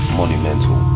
monumental